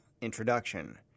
Introduction